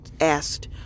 asked